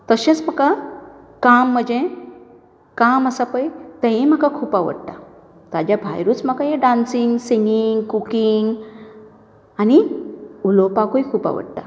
तशेंच म्हाका काम म्हजें काम आसा पळय तेंय म्हाका खूब आवडटा ताज्या भायरूच म्हाका हें डांसिंग सिंगींग कुकींग आनी उलोवपाकूय खूब आवडटा